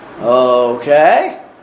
Okay